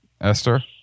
Esther